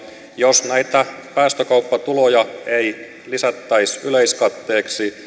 jos näitä päästökauppatuloja ei lisättäisi yleiskatteeksi